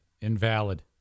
Invalid